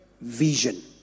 Vision